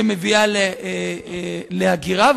שמביאה להגירה.